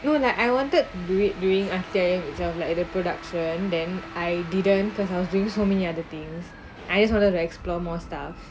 you know and that I want to do it during a day itself like the production then I didn't because I was doing so many other things I just wanted to explore more stuff